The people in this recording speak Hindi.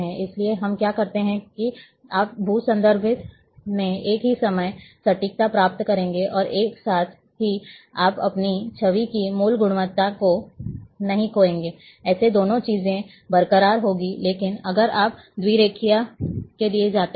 इसलिए हम क्या करते हैं कि आप भू संदर्भित में एक ही समय सटीकता प्राप्त करेंगे और साथ ही आप अपनी छवि की मूल गुणवत्ता को नहीं खोएंगे और ऐसे दोनों चीजें बरकरार रहेंगी लेकिन अगर आप द्विरेखीय के लिए जाते हैं